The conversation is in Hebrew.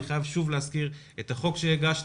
אני חייב שוב להזכיר את החוק שהגשתי,